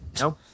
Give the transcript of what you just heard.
no